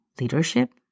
leadership